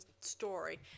story